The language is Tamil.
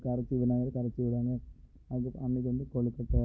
கரைச்சி இதனால் கரைச்சி விடுவாங்க அதுக்கு அங்கே வந்து கொலுக்கட்டை